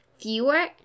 fewer